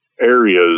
areas